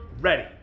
ready